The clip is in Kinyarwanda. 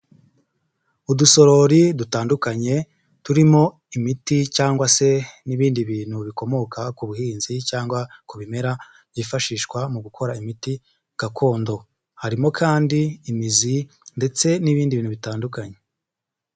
Udusorori dutandukanye, turimo imiti cyangwa se n'ibindi bintu bikomoka ku buhinzi cyangwa ku bimera byifashishwa mu gukora imiti gakondo. Harimo kandi imizi ndetse n'ibindi bintu bitandukanye.